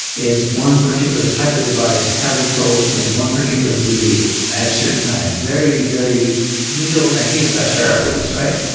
is one particular type of device having trouble playing one particular movie at a certain time? very, very needle on a haystack kind of things, right?